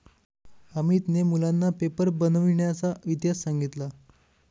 अमितने मुलांना पेपर बनविण्याचा इतिहास सांगितला